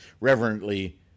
reverently